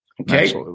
Okay